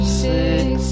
six